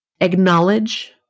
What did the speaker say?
acknowledge